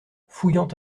fouillant